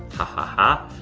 ha, ha ha,